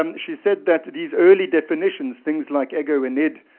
um she said that these early definitions, things like ego and id,